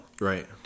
Right